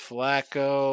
Flacco